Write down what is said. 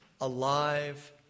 alive